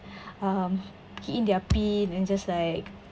um key in their pin and just like